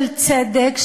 של צדק,